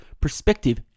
perspective